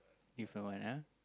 different one ah